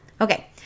Okay